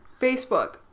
facebook